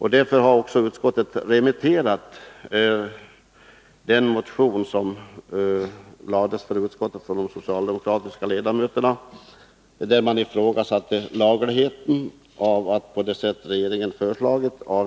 I den socialdemokratiska motionen ifrågasätts lagligheten av att avveckla försäkringskassornas fonder på det sätt som regeringen har föreslagit.